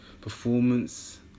Performance